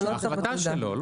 בהחלטה שלו .